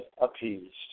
appeased